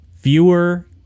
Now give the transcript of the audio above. Fewer